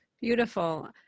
Beautiful